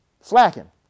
slacking